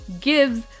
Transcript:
gives